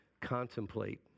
contemplate